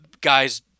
guys